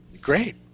great